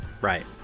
Right